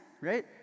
right